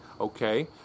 Okay